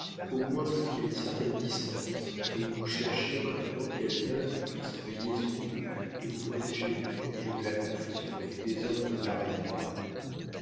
au moins jusqu'à une certaine distance et où chercher maintenant quelqu'un qui puisse veiller sur vous et vous protéger au milieu de la confusion et du désordre d'un pareil départ